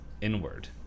inward